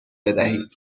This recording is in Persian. بدهید